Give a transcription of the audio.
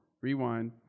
rewind